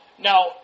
Now